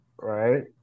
right